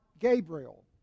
Gabriel